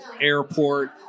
airport